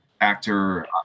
actor